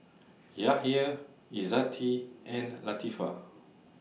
Yahya Izzati and Latifa